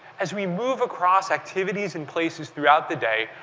as we move across activities and places throughout the day,